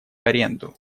аренду